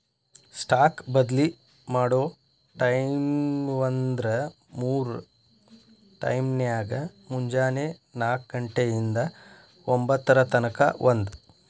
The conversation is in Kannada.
ಸ್ಟಾಕ್ ಬದ್ಲಿ ಮಾಡೊ ಟೈಮ್ವ್ಂದ್ರ ಮೂರ್ ಟೈಮ್ನ್ಯಾಗ, ಮುಂಜೆನೆ ನಾಕ ಘಂಟೆ ಇಂದಾ ಒಂಭತ್ತರ ತನಕಾ ಒಂದ್